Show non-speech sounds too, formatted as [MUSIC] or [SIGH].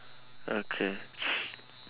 okay [NOISE]